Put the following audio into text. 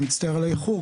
אני מצטער על האיחור,